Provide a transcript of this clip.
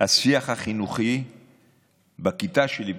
השיח החינוכי בכיתה שלי,